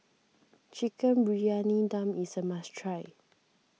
Chicken Briyani Dum is a must try